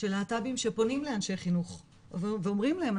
של להט"בים שפונים לאנשי חינוך ואומרים להם,